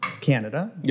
Canada